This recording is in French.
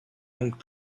donc